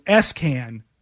SCAN